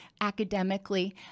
academically